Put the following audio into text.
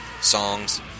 songs